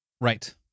right